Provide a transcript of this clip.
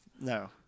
no